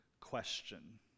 question